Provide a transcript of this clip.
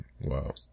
Wow